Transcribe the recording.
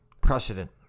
Precedent